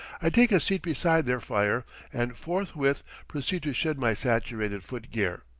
i take a seat beside their fire and forthwith proceed to shed my saturated foot-gear.